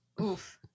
Oof